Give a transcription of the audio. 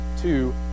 two